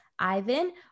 Ivan